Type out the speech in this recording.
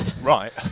Right